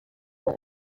were